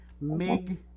Mig